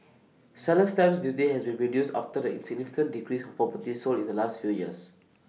seller's stamp duty has been reduced after the in significant decrease of properties sold in the last few years